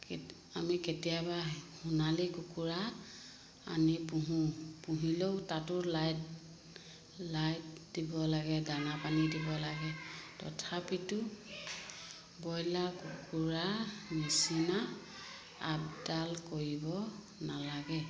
কে আমি কেতিয়াবা সোণালী কুকুৰা আনি পোহো পুহিলেও তাতো লাইট লাইট দিব লাগে দানা পানী দিব লাগে তথাপিতো ব্ৰইলাৰ কুকুৰা নিচিনা আপডাল কৰিব নালাগে